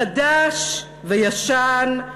חדש וישן,